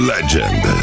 Legend